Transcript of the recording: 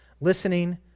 listening